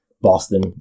Boston